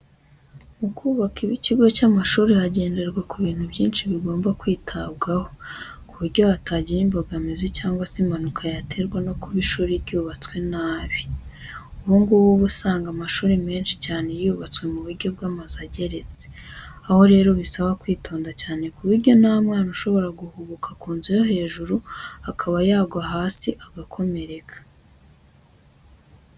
Mu kubaka ikigo cy'amashuri hagenderwa ku bintu byinshi bigomba kwitabwaho k'uburyo hatagira imbogamizi cyangwa se impanuka yaterwa no kuba ishuri ryarubatswe nabi. Ubu ngubu uba usanga amashuri menshi cyane yubatswe mu buryo bw'amazu ageretse aho rero bisaba kwitonda cyane ku buryo nta mwana ushobora guhubuka ku nzu yo hejuru akaba yagwa hasi agakomereka.